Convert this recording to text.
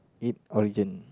it origin